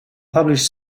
publish